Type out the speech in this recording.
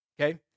okay